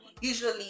usually